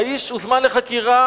האיש הוזמן לחקירה,